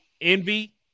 Envy